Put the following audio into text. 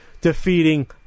defeating